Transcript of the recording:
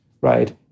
right